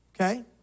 Okay